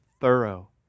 thorough